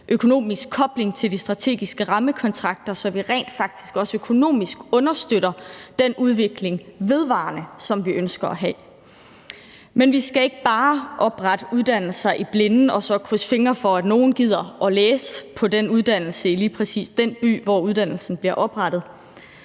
økonomisk kobling til de strategiske rammekontrakter, så vi rent faktisk også økonomisk understøtter den udvikling, som vi ønsker at have, vedvarende. Men vi skal ikke bare oprette uddannelser i blinde og så krydse fingre for, at nogle gider at læse på den uddannelse i lige præcis den by, hvor uddannelsen bliver oprettet.